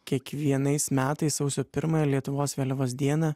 kiekvienais metais sausio pirmąją lietuvos vėliavos dieną